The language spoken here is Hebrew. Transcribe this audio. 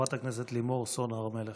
חברת הכנסת לימור סון הר מלך.